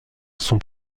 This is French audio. son